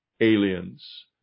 aliens